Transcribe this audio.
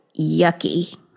yucky